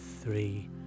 three